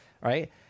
right